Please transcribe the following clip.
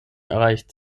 erreicht